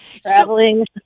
Traveling